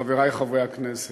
חברי חברי הכנסת,